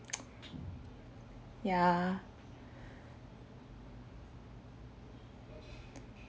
yeah